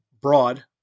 broad